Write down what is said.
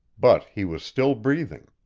but he was still breathing.